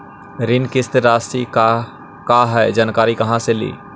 ऋण किस्त रासि का हई जानकारी कहाँ से ली?